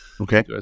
Okay